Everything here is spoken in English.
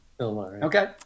Okay